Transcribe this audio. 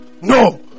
No